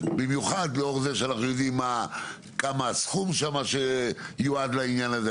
במיוחד לאור זה שאנחנו יודעים כמה הסכום שיועד לעניין הזה,